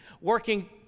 working